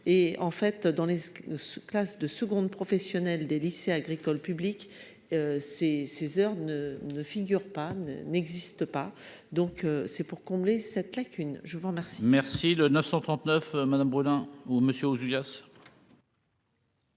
et en fait dans les classes de seconde professionnelle des lycées agricoles publics ces ces heures ne ne figure pas, n'existe pas, donc c'est pour combler cette lacune, je vous remercie. Merci le 939 Madame brûlant ou monsieur aux US.